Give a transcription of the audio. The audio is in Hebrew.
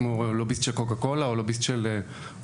כמו לוביסט של קוקה קולה או לוביסט של סיגריות.